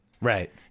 Right